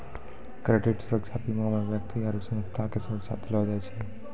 credit सुरक्षा बीमा मे व्यक्ति आरु संस्था के सुरक्षा देलो जाय छै